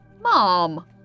Mom